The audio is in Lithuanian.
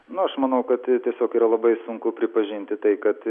nu aš manau kad tai tiesiog yra labai sunku pripažinti tai kad